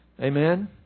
Amen